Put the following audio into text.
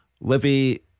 Livy